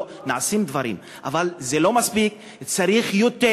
לא, נעשים דברים, אבל זה לא מספיק, צריך יותר.